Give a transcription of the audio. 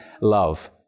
love